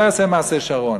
ולא יעשה מעשה שרון,